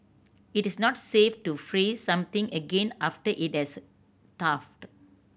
it is not safe to freeze something again after it has thawed